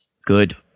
Good